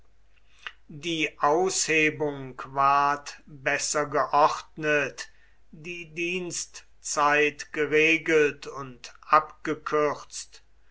die aushebung ward besser geordnet die dienstzeit geregelt und abgekürzt